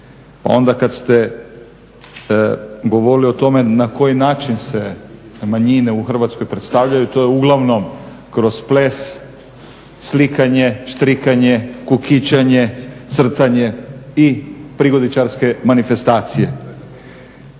onda kada ste govorili o tome na koji način se manjine u Hrvatskoj predstavljaju to je uglavnom kroz ples, slikanje, štrikanje, kukičanje, crtanje i prigodičarske manifestacije.